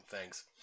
Thanks